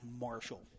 Marshall